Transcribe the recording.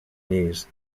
knees